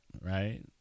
right